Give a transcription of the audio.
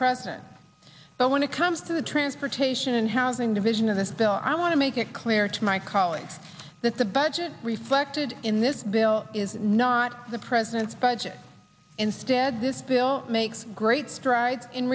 president but when it comes to the transportation and housing division of this bill i want to make it clear to my colleagues that the budget reflected in this bill is not the president's budget instead this bill makes great